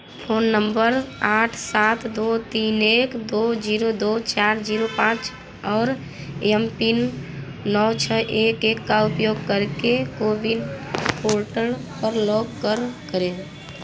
phone number आठ सात दो तीन एक दो जीरो दो चार जीरो पाँच और एम पीन नौ छ एक एक का उपयोग करके कोविन पोर्टल पर लॉग कर करें